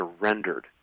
surrendered